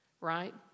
right